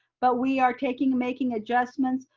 but we are taking, making adjustments.